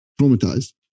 traumatized